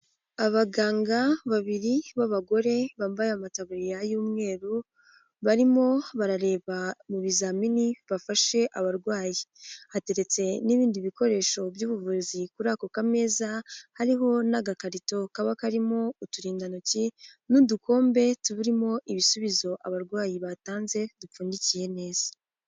Abaganga babiri b'abagore bambaye amatabuya y'umweru, barimo barareba mu bizamini bafashe abarwayi, hateretse n'ibindi bikoresho by'ubuvuzi, kuri ako ka meza hariho n'agakarito kaba karimo uturindantoki n'udukombe tubirimo ibisubizo abarwayi batanze dupfundikiye neza.